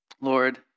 Lord